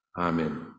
Amen